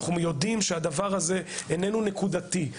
אנחנו יודעים שהדבר הזה איננו נקודתי.